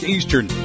Eastern